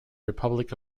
republic